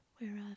whereof